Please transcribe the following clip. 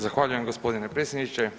Zahvaljujem gospodine predsjedniče.